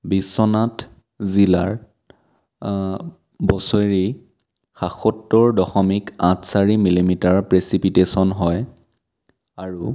বিশ্বনাথ জিলাৰ বছৰি সাসত্তৰ দশমিক আঠ চাৰি মিলিমিটাৰ প্ৰেচিপিটেশ্যন হয় আৰু